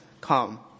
Come